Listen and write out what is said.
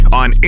on